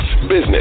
business